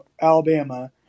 alabama